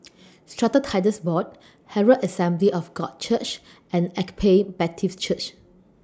Strata Titles Board Herald Assembly of God Church and Agape Baptist Church